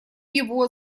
его